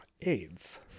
AIDS